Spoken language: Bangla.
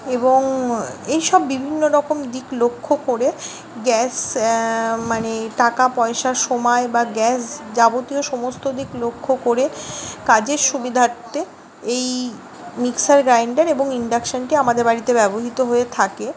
এবং এই সব বিভিন্ন রকম দিক লক্ষ করে গ্যাস মানে টাকা পয়সা সময় বা গ্যাস যাবতীয় সমস্ত দিক লক্ষ করে কাজের সুবিধার্থে এই মিক্সার গ্রাইন্ডার এবং ইন্ডাকশানটি আমাদের বাড়িতে ব্যবহৃত হয়ে থাকে